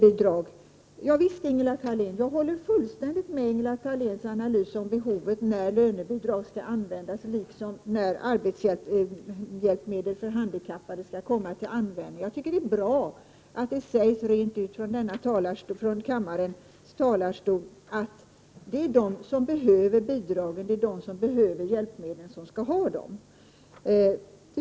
I fråga om lönebidragen håller jag fullständigt med Ingela Thalén i hennes analys av vid vilka behov lönebidrag skall användas, liksom när arbetshjälpmedel för handikappade skall komma till användning. Jag tycker att det är utomordentligt bra att det sägs rent ut från kammarens talarstol att det är de som behöver bidragen, det är de som behöver hjälpmedlen, som skall ha dem.